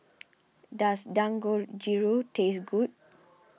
does Dangojiru taste good